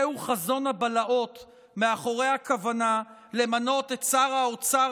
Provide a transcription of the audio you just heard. זהו חזון הבלהות מאחורי הכוונה למנות את שר האוצר